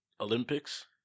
Olympics